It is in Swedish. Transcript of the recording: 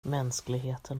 mänskligheten